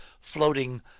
floating